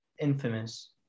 Infamous